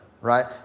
right